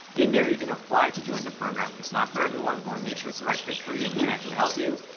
in there you can apply to join the program. it's not for everyone, we wanna make sure it's the right fit for you and we can actually help you.